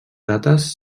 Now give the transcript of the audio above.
dates